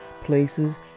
places